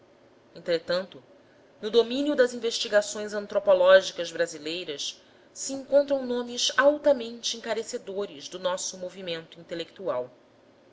entretanto no domínio das investigações antropológicas brasileiras se encontram nomes altamente encarecedores do nosso movimento intelectual